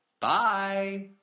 Bye